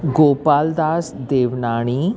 Gopaldas Devnani